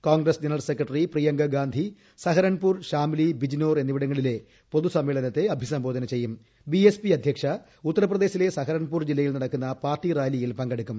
Congress general secretary Priyanka Gandhi Saharanpur Shamli Bijnor എന്നിവിടങ്ങളിലെ പൊതുസമ്മേളനത്തെ അഭിസംബോധന ഉത്തർപ്രദേശിലെ സഹറാൻപൂർ ജില്ലയിൽ നടക്കുന്ന പാർട്ടി റാലിയിൽ പങ്കെടുക്കും